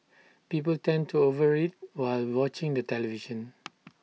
people tend to over eat while watching the television